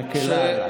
את מקילה עליי.